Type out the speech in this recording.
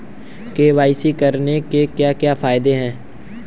KYC करने के क्या क्या फायदे हैं?